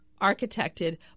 architected